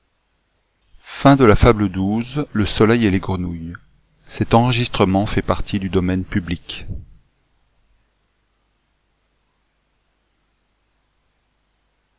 le lièvre et les grenouilles